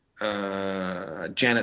Janet